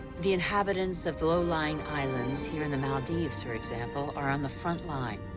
the inhabitants of low-lying islands, here in the maldives, for example, are on the front line.